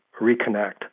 reconnect